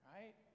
Right